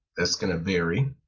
that's going to vary